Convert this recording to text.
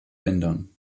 ändern